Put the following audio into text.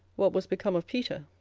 what was become of peter.